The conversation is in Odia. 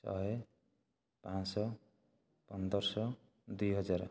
ଶହେ ପାଞ୍ଚ ଶହ ପନ୍ଦର ଶହ ଦୁଇ ହଜାର